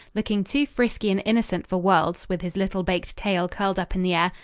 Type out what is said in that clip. looking too frisky and innocent for worlds with his little baked tail curled up in the air,